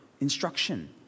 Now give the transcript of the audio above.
instruction